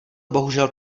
bohužel